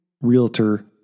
realtor